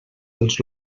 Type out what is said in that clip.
dels